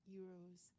euros